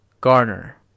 Garner